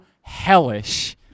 hellish